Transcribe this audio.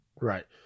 Right